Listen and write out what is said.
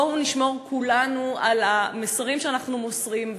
בואו נשמור כולנו על המסרים שאנחנו מוסרים,